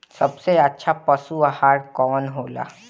सबसे अच्छा पशु आहार कवन हो ला?